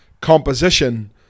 composition